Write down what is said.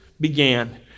began